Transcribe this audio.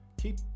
Keep